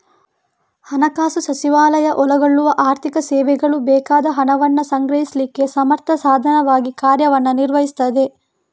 ಹಣಕಾಸು ಸಚಿವಾಲಯ ಒಳಗೊಳ್ಳುವ ಆರ್ಥಿಕ ಸೇವೆಗಳು ಬೇಕಾದ ಹಣವನ್ನ ಸಂಗ್ರಹಿಸ್ಲಿಕ್ಕೆ ಸಮರ್ಥ ಸಾಧನವಾಗಿ ಕಾರ್ಯವನ್ನ ನಿರ್ವಹಿಸ್ತದೆ